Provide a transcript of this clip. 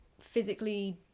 physically